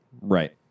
Right